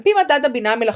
על פי מדד הבינה המלאכותית,